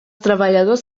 treballadors